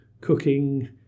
cooking